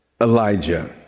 Elijah